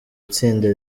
itsinda